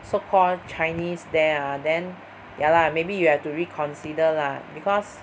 so called Chinese there ah then ya lah maybe you have to reconsider lah because